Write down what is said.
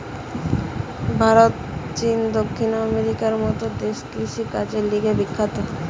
ভারত, চীন, দক্ষিণ আমেরিকার মত দেশ কৃষিকাজের লিগে বিখ্যাত